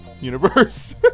universe